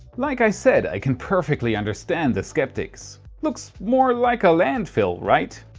like i said, i can perfectly understand the sceptics. looks more like a land fill, right?